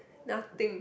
nothing